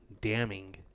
damning